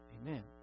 Amen